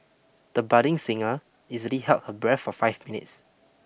the budding singer easily held her breath for five minutes